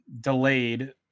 delayed